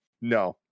no